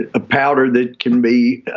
a powder that can be